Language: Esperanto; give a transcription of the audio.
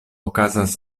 okazas